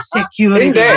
Security